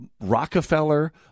Rockefeller